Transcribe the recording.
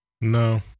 No